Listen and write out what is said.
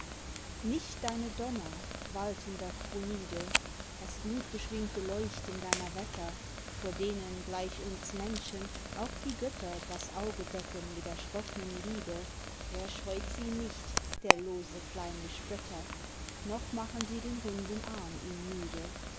nicht deine donner waltender kronide das glutbeschwingte leuchten deiner wetter vor denen gleich uns menschen auch die götter das auge decken mit erschrock'nem lide er scheut sie nicht der lose kleine spötter noch machen sie den runden arm ihm müde